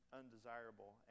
undesirable